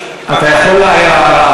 אתה יכול להעיר הערה,